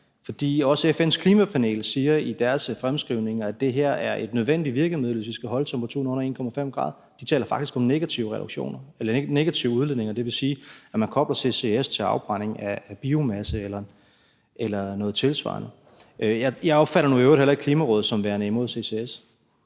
fordi også FN's klimapanel siger i deres fremskrivning, at det her er et nødvendigt virkemiddel, hvis vi skal holde temperaturstigningen under 1,5 grad – de taler faktisk om negativ udledning, og det vil sige, at man kobler CCS til afbrænding af biomasse eller noget tilsvarende. Jeg opfatter nu i øvrigt heller ikke Klimarådet som værende imod CCS.